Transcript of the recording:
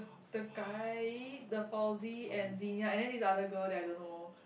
the guy the Fauzi and Zinia and then this other girl that I don't know